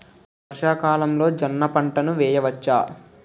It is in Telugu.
వర్షాకాలంలో జోన్న పంటను వేయవచ్చా?